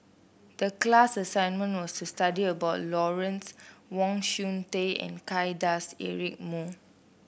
the class assignment was to study about Lawrence Wong Shyun Tsai and Kay Das Eric Moo